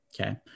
Okay